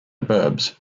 verbs